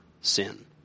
sin